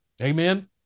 amen